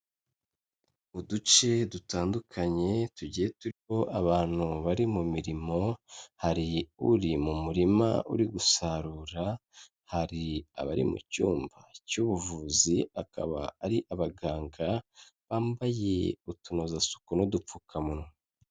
Uduce dutandukanye tugiye turiho abantu bari mu mirimo hari uri mu murima uri gusarura, hari abari mu cyumba cy'ubuvuzi, hakaba hari abaganga bambaye utunozasuku n'udupfukamunwa.